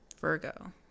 virgo